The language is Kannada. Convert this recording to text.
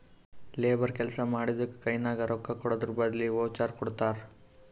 ಲೇಬರ್ ಕೆಲ್ಸಾ ಮಾಡಿದ್ದುಕ್ ಕೈನಾಗ ರೊಕ್ಕಾಕೊಡದ್ರ್ ಬದ್ಲಿ ವೋಚರ್ ಕೊಡ್ತಾರ್